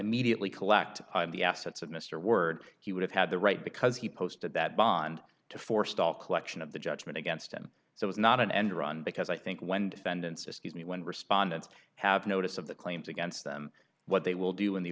immediately collect the assets of mr word he would have had the right because he posted that bond to forestall collection of the judgment against him so it's not an end run because i think when defendants escape and when respondents have notice of the claims against them what they will do in the